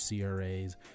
CRA's